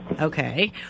Okay